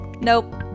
Nope